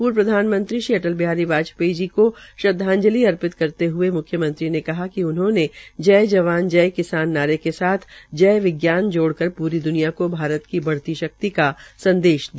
पूर्व प्रधानमंत्री श्री अटल बिहारी वाजयेपी जी को श्रदवाजंलि अर्पित करते हए मुख्यमंत्री ने कहा कि उन्होंने जय जवान जय किसान नारे के साथ जय विज्ञान जोड़कर पूरी द्वनिया को भारत की बढ़ती शक्ति का संदेश दिया